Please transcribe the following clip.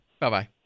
Bye-bye